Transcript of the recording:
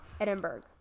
Edinburgh